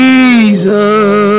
Jesus